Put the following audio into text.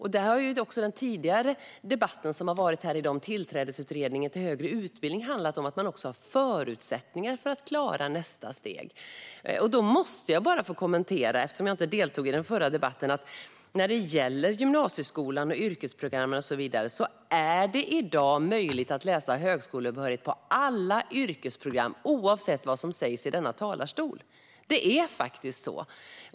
Även den tidigare debatten som har varit här, om Tillträdesutredningen och högre utbildning, handlade om att eleverna ska ha förutsättningar att klara nästa steg. Eftersom jag inte deltog i den förra debatten måste jag bara få kommentera att när det gäller gymnasieskolan, yrkesprogrammen och så vidare är det i dag möjligt att läsa in högskolebehörighet på alla yrkesprogram - oavsett vad som sägs i denna talarstol. Det är faktiskt så.